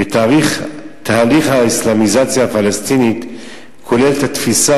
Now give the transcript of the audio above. ותהליך האסלאמיזציה הפלסטינית כולל את התפיסה